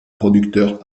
producteurs